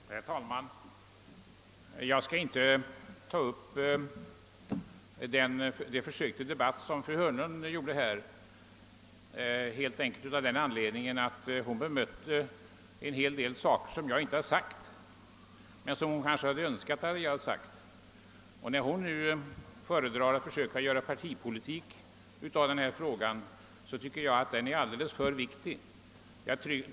Herr talman! Jag skall inte låta mig locka av det försök till debatt som fru Hörnlund gjorde, helt enkelt av den anledningen att hon bemötte en del som jag inte sagt men som hon kanske önskat att jag hade sagt. När fru Hörnlund försöker göra partipolitik av denna fråga vill jag säga att den enligt min mening är alldeles för viktig.